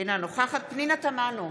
אינה נוכחת פנינה תמנו,